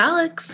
Alex